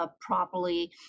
properly